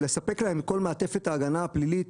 לספק להם את כל מעטפת ההגנה הפלילית,